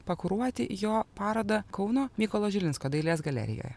pakuruoti jo parodą kauno mykolo žilinsko dailės galerijoje